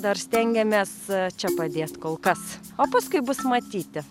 dar stengiamės čia padės kol kas o paskui bus matyti